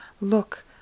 Look